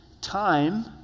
Time